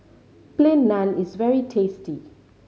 Plain Naan is very tasty